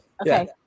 Okay